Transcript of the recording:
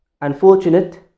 unfortunate